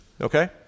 Okay